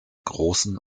großen